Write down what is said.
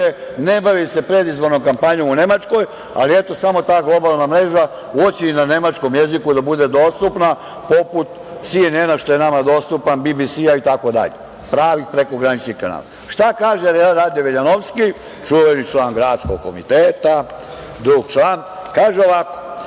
ne bavi se predizbornom kampanjom u Nemačkoj, ali eto samo ta globalna mreža hoće i na nemačkom jeziku da bude dostupna poput SNN, što je nama dostupan, BBS itd, pravih prekograničnih kanala. Šta kaže Rade Veljanovski, čuveno član gradskog komiteta, drug član? Kaže ovako,